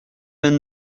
vingt